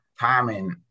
timing